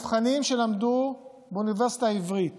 עכשיו, מהנבחנים שלמדו באוניברסיטה העברית